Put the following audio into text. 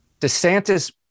DeSantis